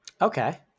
Okay